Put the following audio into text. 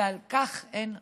ועל כך אין מחלוקת.